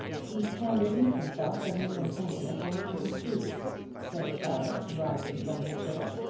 he can release himself from his entanglement whenever he chooses, said clara, rising from her chair.